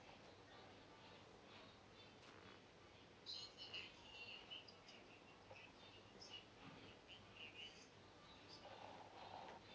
okay